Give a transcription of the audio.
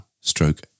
stroke